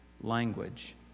language